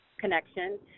connection